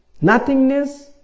Nothingness